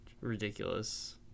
ridiculous